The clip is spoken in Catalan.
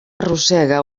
arrossega